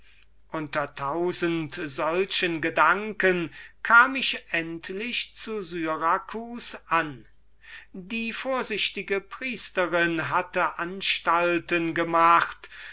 unter tausend solchen gedanken kam ich endlich zu syracus an die vorsichtige priesterin hatte anstalt gemacht